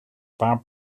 paar